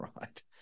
right